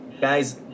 guys